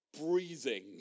breathing